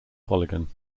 polygon